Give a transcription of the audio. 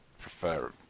prefer